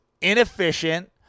inefficient